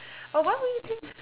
but why would you think